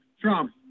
Trump